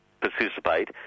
participate